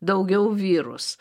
daugiau vyrus